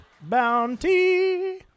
bounty